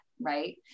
right